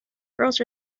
girls